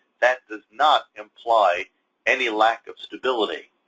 that does not imply any lack of stability.